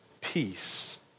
peace